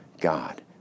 God